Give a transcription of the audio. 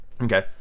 okay